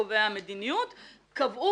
קובעי המדיניות קבעו